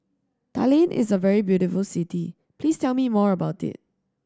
Tallinn is a very beautiful city please tell me more about it